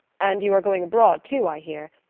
and you are going abroad, too, i hear.